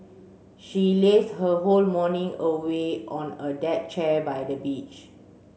she lazed her whole morning away on a deck chair by the beach